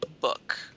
book